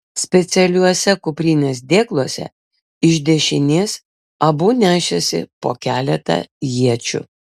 specialiuose kuprinės dėkluose iš dešinės abu nešėsi po keletą iečių